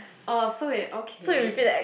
oh so you're okay